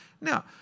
Now